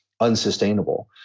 unsustainable